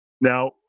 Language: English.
now